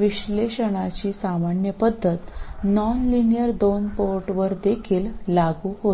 विश्लेषणाची सामान्य पद्धत नॉनलिनियर दोन पोर्टवर देखील लागू होते